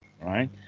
right